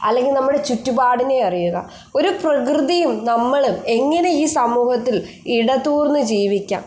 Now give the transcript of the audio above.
അല്ലെങ്കിൽ നമ്മുടെ ചുറ്റുപാടിനെ അറിയുക ഒരു പ്രകൃതിയും നമ്മളും എങ്ങനെ ഈ സമൂഹത്തിൽ ഇടതൂർന്ന് ജീവിക്കാം